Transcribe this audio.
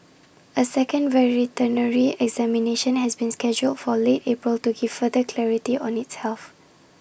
A second veterinary examination has been scheduled for late April to give further clarity on its health